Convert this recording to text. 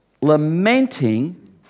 lamenting